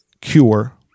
cure